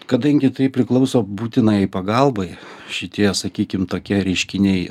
kadangi tai priklauso būtinajai pagalbai šitie sakykim tokie reiškiniai